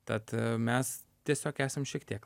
tad mes tiesiog esam šiek tiek